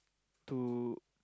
to